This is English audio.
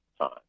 time